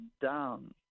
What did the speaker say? down